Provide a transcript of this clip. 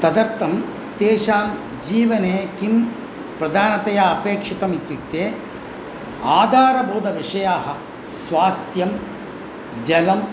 तदर्थं तेषां जीवने किं प्रधानतया अपेक्षितम् इत्युक्ते आधारबोधविषयाः स्वास्थ्यं जलम्